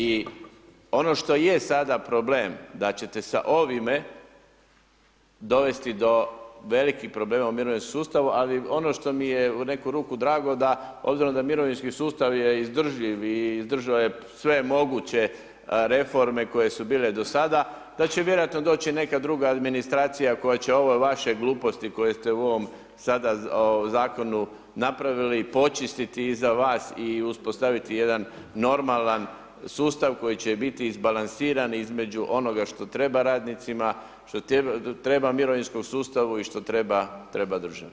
I ono što je sada problem da ćete sa ovime dovesti do velikih problema u mirovinskom sustavu, ali ono što mi je u neku ruku dragu, da obzirom da mirovinski sustav je izdržljiv i izdržao je sve moguće reforme koje su bile do sada, da će vjerojatno doći neka druga administracija koja će ove vaše gluposti koje ste u ovom sada Zakonu napravili, počistiti iza vas i uspostaviti jedan normalan sustav koji će biti izbalansiran između onoga što treba radnicima, što treba mirovinskom sustavu i što treba državi.